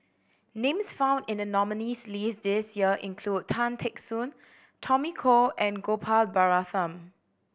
names found in the nominees' list this year include Tan Teck Soon Tommy Koh and Gopal Baratham